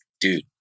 dude